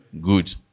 Good